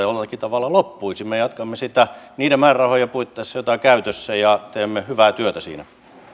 jollakin tavalla loppuisi me jatkamme sitä niiden määrärahojen puitteissa joita on käytössä ja teemme hyvää työtä siinä arvoisa puhemies